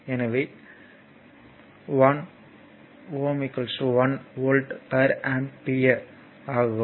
எனவே 1 Ω 1 volt per ampere ஆகும்